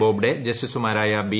ബോബ്ഡെ ജസ്റ്റിസുമാരായ ബി